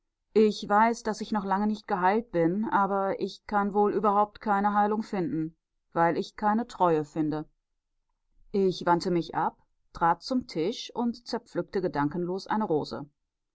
ich weiß daß ich noch lange nicht geheilt bin aber ich kann wohl überhaupt keine heilung finden weil ich keine treue finde ich wandte mich ab trat zum tisch und zerpflückte gedankenlos eine rose